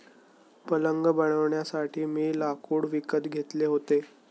पलंग बनवण्यासाठी मी लाकूड विकत घेतले होते